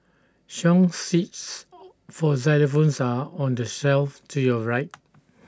song sheets for xylophones are on the shelf to your right